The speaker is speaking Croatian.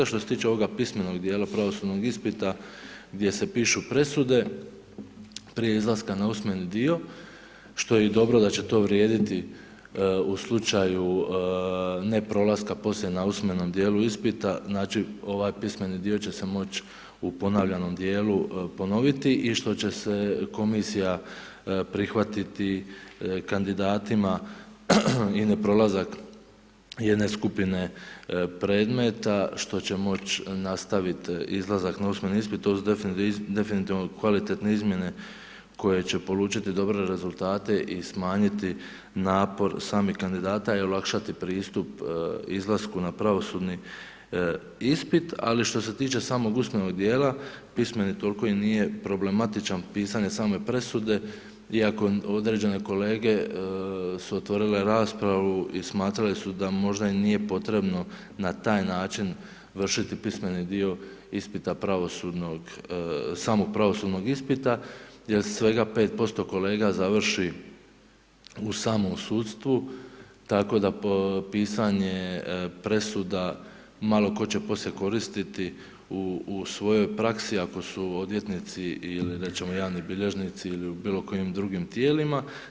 Što se tiče ovoga pismenog dijela pravosudnog ispita, gdje se pišu presude, prije izlaska na usmeni dio, što je i dobro da će to vrijediti u slučaju neprolaska poslije na usmenom dijelu ispita, znači ovaj pismeni dio će se moć u ponavljanom dijelu ponoviti i što će se komisija prihvatiti kandidatima i neprolazak jedne skupine predmeta, što će moći nastaviti izlazak na usmeni ispit, to su definitivno kvalitetne izmjene, koje će polučiti dobre rezultate i smanjiti napor samih kandidata i olakšati pristup izlasku na pravosudni ispit, ali što se tiče samog usmenog dijela, pismeni toliko nije problematičan, pisanje same presude, iako određene kolege su otvorile raspravu i smatrali su da možda i nije potrebno na taj način vršiti pismeni dio ispita pravosudnog, samog pravosudnog ispita jer se svega 5% kolega završi u samom sudstvu, tako da pisanje presuda, malo tko će poslije koristiti u svojoj praksi ako su odvjetnici ili da recimo javni bilježnici ili u bilo kojim drugim tijelima.